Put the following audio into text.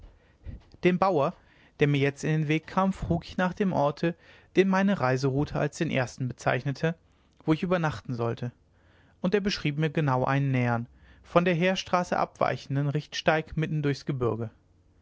den bauer der mir jetzt in den weg kam frug ich nach dem orte den meine reiseroute als den ersten bezeichnete wo ich übernachten sollte und er beschrieb mir genau einen nähern von der heerstraße abweichenden richtsteig mitten durchs gebürge